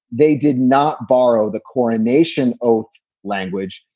they did not borrow the coronation oath language.